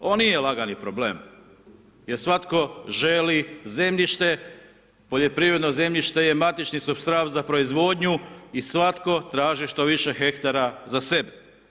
Ovo nije lagani problem, jer svatko želi zemljište, poljoprivredno zemljište je matični supstral za proizvodnju i svatko traži što više hektara za sebe.